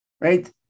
right